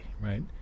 right